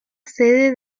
sede